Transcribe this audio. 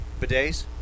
bidets